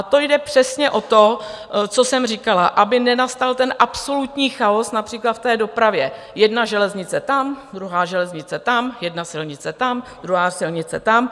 Tam jde přesně o to, co jsem říkala, aby nenastal ten absolutní chaos například v dopravě jedna železnice tam, druhá železnice tam, jedna silnice tam, druhá silnice tam.